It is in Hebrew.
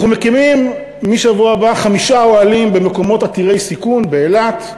אנחנו מקימים מהשבוע הבא חמישה אוהלים במקומות עתירי סיכון: באילת,